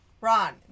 Ron